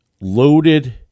loaded